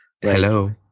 Hello